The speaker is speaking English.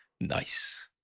nice